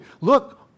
look